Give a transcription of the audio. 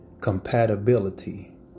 Compatibility